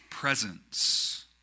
Presence